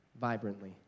vibrantly